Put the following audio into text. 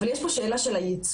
אבל יש פה שאלה של הייצוג.